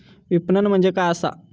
विपणन म्हणजे काय असा?